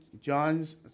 John's